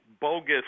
bogus